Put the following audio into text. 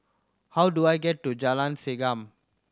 how do I get to Jalan Segam